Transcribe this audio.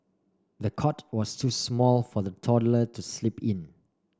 the cot was so small for the toddler to sleep in